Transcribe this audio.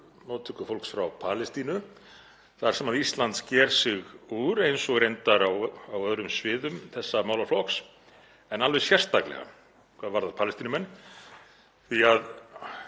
móttöku fólks frá Palestínu þar sem Ísland sker sig úr, eins og reyndar á öðrum sviðum þessa málaflokks en alveg sérstaklega hvað varðar Palestínumenn, því að